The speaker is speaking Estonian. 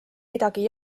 midagi